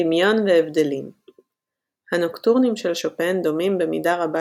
דמיון והבדלים הנוקטורנים של שופן דומים במידה רבה